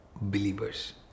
believers